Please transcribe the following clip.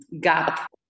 gap